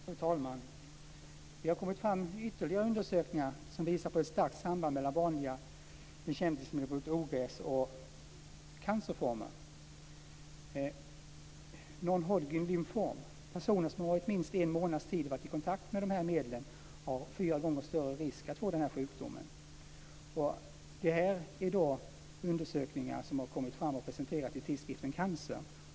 Fru talman! Det har kommit fram ytterligare undersökningar som visar på ett starkt samband mellan vanliga bekämpningsmedel mot ogräs och cancerformen non-Hodgkin-lymfom. Personer som under minst en månads tid varit i kontakt med medlen har en fyra gånger ökad risk att få sjukdomen. Det är undersökningar som har kommit fram och presenterats i tidskriften Cancer.